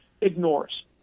ignores